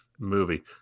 movie